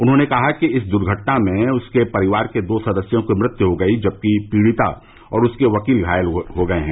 उन्होंने कहा कि इस दुर्घटना में उसके परिवार के दो सदस्यों की मृत्यु हो गई जबकि पीड़िता और उसके वकील घायल हो गए हैं